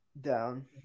Down